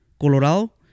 Colorado